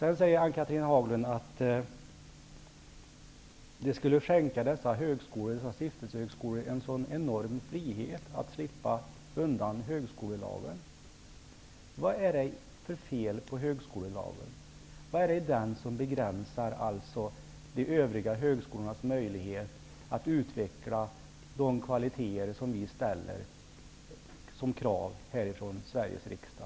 Ann-Cathrine Haglund säger att det skulle skänka stiftelsehögskolorna en så enorm frihet att slippa undan högskolelagen. Vad är det för fel på högskolelagen? Vad är det i den som begränsar de övriga högskolornas möjlighet att utveckla de kvaliteter vi ställer krav på här i Sveriges riksdag?